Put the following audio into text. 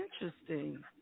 interesting